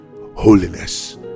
Holiness